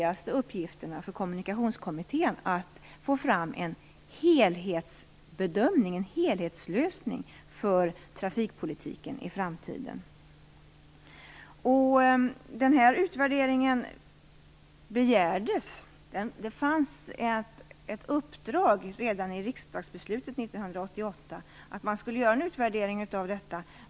Att få fram en helhetslösning för trafikpolitiken i framtiden är en av de viktigaste uppgifterna för 1988 fanns ett uppdrag att göra en utvärdering av detta.